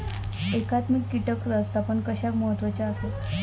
एकात्मिक कीटक व्यवस्थापन कशाक महत्वाचे आसत?